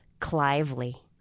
Clively